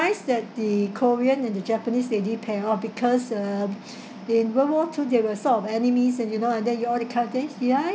that the korean and japanese they did pair of because uh in world war two they were sort of enemies and you know and then you all that kind of things did I